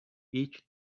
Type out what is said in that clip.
each